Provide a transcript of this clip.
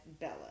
Bella